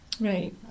Right